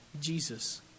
Jesus